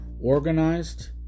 organized